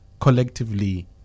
collectively